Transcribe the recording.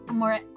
more